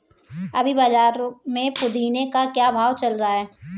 अभी बाज़ार में पुदीने का क्या भाव चल रहा है